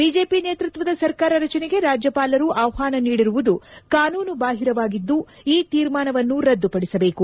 BJP ನೇತೃತ್ವದ ಸರ್ಕಾರ ರಚನೆಗೆ ರಾಜ್ಯಪಾಲರು ಆಹ್ವಾನ ನೀಡಿರುವುದು ಕಾನೂನುಬಾಹಿರವಾಗಿದ್ದು ಈ ತೀರ್ಮಾನವನ್ನು ರದ್ದುಪಡಿಸಬೇಕು